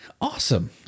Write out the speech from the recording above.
awesome